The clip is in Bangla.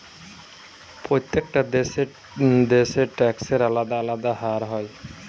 প্রত্যেকটা দেশে ট্যাক্সের আলদা আলদা হার হয়